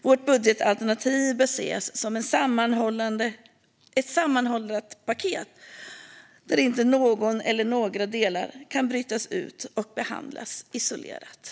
Vårt budgetalternativ bör ses som ett sammanhållet paket där inte någon eller några delar kan brytas ut och behandlas isolerade.